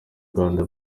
rwanda